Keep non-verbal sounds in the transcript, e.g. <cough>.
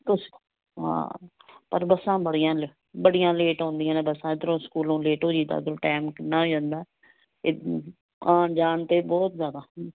ਤੁਸ ਹਾਂ ਪਰ ਬੱਸਾਂ ਬੜੀਆਂ ਲ ਬੜੀਆਂ ਲੇਟ ਆਉਂਦੀਆਂ ਨੇ ਬੱਸਾਂ ਇੱਧਰੋਂ ਸਕੂਲੋਂ ਲੇਟ ਹੋਜੀ ਦਾ ਉੱਧਰੋਂ ਟਾਈਮ ਕਿੰਨਾ ਹੋ ਜਾਂਦਾ <unintelligible> ਆਉਣ ਜਾਣ 'ਤੇ ਬਹੁਤ ਜ਼ਿਆਦਾ